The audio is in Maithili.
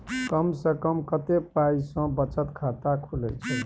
कम से कम कत्ते पाई सं बचत खाता खुले छै?